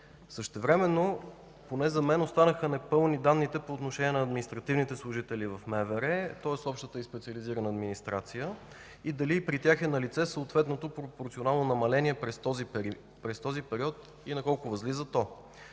Същевременно поне за мен останаха непълни данните за административните служители в МВР, тоест за общата и специализираната администрация. Дали и при тях е налице съответното пропорционално намаление през този период и на колко възлиза то?